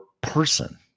person